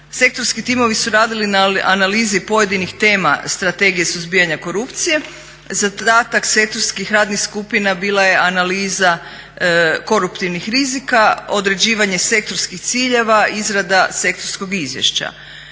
Sektorski timovi su radili na analizi pojedinih tema Strategije suzbijanja korupcije, zadatak sektorskih radnih skupina bila je analiza koruptivnih rizika, određivanje sektorskih ciljeva, izrada sektorskog izvješća.